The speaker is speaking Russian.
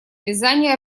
вязания